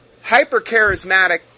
hyper-charismatic